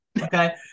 Okay